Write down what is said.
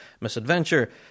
misadventure